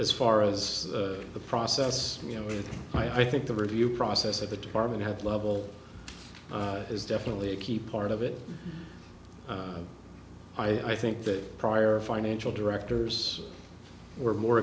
as far as the process you know i think the review process of the department head level is definitely a key part of it i think that prior financial directors were more